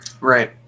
Right